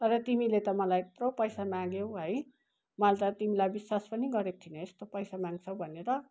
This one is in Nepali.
तर तिमीले त मलाई यत्रो पैसा माग्यौ है मैले त तिमीलाई विश्वास पनि गरेको थिइनँ यस्तो पैसा माग्छौ भनेर